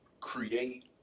create